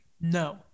No